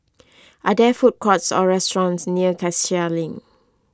are there food courts or restaurants near Cassia Link